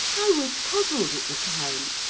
i was puzzled at the time,